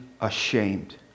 ashamed